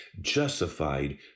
justified